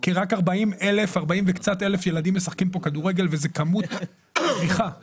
כי רק 40,000 וקצת ילדים משחקים פה כדורגל וזה כמות מביכה.